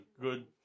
good